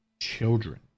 children